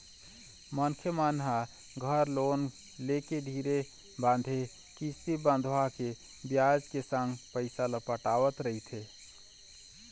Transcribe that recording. मनखे मन ह घर लोन लेके धीरे बांधे किस्ती बंधवाके बियाज के संग पइसा ल पटावत रहिथे